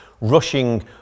rushing